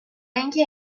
اینکه